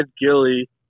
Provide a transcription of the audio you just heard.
Gilly